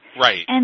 Right